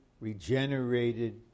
regenerated